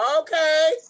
Okay